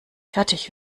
fertig